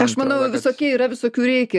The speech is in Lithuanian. aš manau jie visokie yra visokių reikia